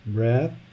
Breath